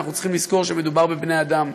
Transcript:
אנחנו צריכים לזכור שמדובר בבני-אדם,